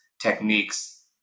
techniques